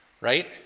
Right